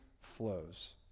flows